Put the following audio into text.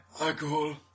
alcohol